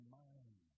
mind